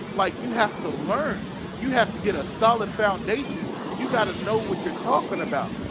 like you have to learn you have to get a solid foundation you got to know what you're talking about.